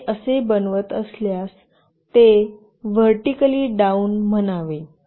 आपण हे असे बनवत असल्यास ते व्हर्टीकली डाउन म्हणावे